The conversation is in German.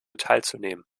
teilzunehmen